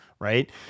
Right